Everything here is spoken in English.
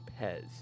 Pez